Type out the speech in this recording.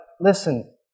listen